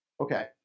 Okay